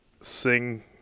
sing